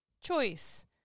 choice